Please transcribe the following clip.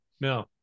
no